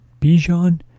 Bijan